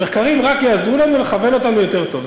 המחקרים רק יעזרו לנו לכוון אותנו יותר טוב.